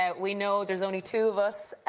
ah we know there's only two of us,